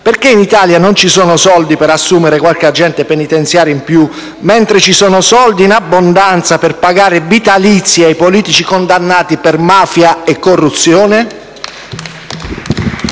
perché in Italia non ci sono soldi per assumere qualche agente penitenziario in più, mentre ci sono soldi in abbondanza per pagare vitalizi ai politici condannati per mafia e corruzione?